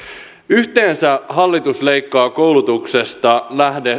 yhteensä hallitus leikkaa koulutuksesta